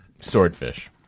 Swordfish